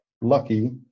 lucky